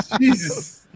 Jesus